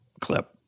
clip